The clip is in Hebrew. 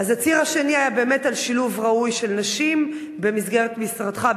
אז הציר הראשון היה באמת על שילוב ראוי של נשים במסגרת משרדך,